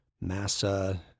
Massa